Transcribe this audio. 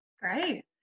Great